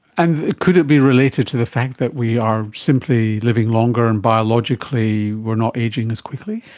and could it be related to the fact that we are simply living longer and biologically we are not ageing as quickly?